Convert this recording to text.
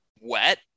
wet